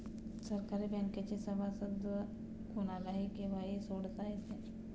सहकारी बँकेचे सभासदत्व कोणालाही केव्हाही सोडता येते